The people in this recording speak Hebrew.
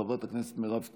חברת הכנסת מירב כהן,